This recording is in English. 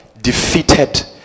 defeated